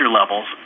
levels